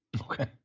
okay